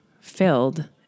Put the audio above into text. filled